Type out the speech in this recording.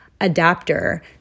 adapter